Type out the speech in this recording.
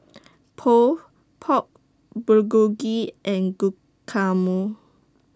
Pho Pork Bulgogi and Guacamole